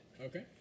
Okay